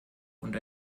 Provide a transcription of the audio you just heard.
und